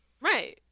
Right